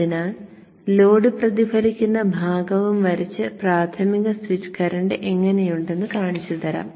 അതിനാൽ ലോഡ് പ്രതിഫലിക്കുന്ന ഭാഗവും വരച്ച് പ്രാഥമിക സ്വിച്ച് കറന്റ് എങ്ങനെയുണ്ടെന്ന് കാണിച്ചുതരാം